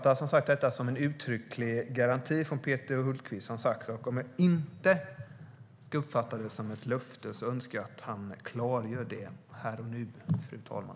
Jag uppfattar detta som en uttrycklig garanti från Peter Hultqvist. Om jag inte ska uppfatta det som ett löfte önskar jag att han klargör det här och nu, fru talman.